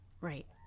right